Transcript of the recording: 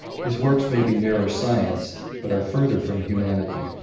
his works may be nearer science, but are further from humanity.